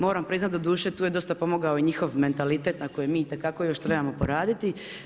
Moram priznat doduše tu je dosta pomogao i njihov mentalitet na kojem mi itekako još trebamo poraditi.